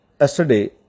yesterday